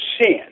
sin